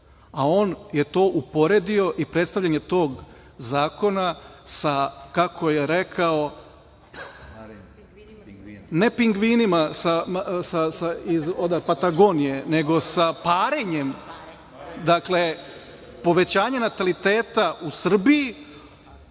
a on je to uporedio i predstavljanje tog zakona sa, kako je rekao, ne pingvinima sa Patagonije, nego sa parenjem. Dakle, povećanje nataliteta u Srbiji